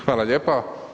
Hvala lijepo.